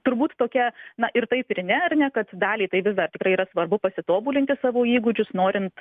turbūt tokia na ir taip ir ne ar ne kad daliai tai vis dar tikrai yra svarbu pasitobulinti savo įgūdžius norint